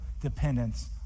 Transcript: dependence